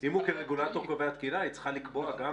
אם הוא כרגולטור קובע תקינה, היא צריכה לקבוע גם